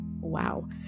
Wow